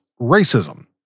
racism